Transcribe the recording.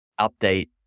update